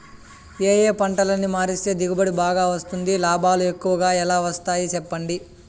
ఏ ఏ పంటలని మారిస్తే దిగుబడి బాగా వస్తుంది, లాభాలు ఎక్కువగా ఎలా వస్తాయి సెప్పండి